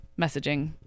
messaging